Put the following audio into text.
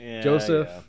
Joseph